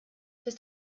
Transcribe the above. dass